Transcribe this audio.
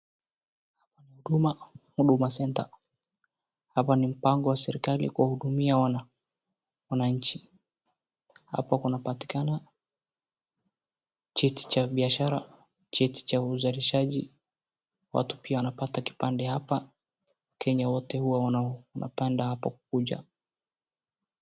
Huduma centre hapa ni mpango wa serikali kuwahudumia wananchi. Hapa kunapatikana cheti cha biashara, cheti cha uzalishaji, watu pia wanapata kipande hapa, wakenya wote huwa wanapanda hapo kukuja.